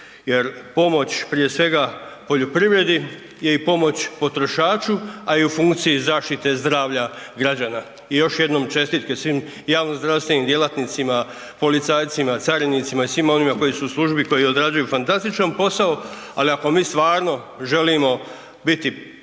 Jer pomoć prije svega poljoprivredi i pomoć potrošaču, a i u funkciji zaštite zdravlja građana. I još jednom čestitke svim javnozdravstvenim djelatnicima policajcima, carinicima i svima onima koji su u službi koji odrađuju fantastičan posao, ali ako mi stvarno želimo biti prava i